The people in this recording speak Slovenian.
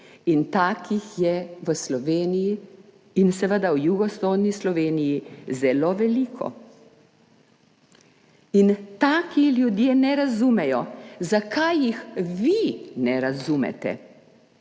takih je v Sloveniji in seveda v jugovzhodni Sloveniji zelo veliko. Taki ljudje ne razumejo, zakaj jih vi ne razumete,